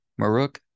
Maruk